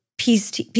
PST